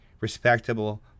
respectable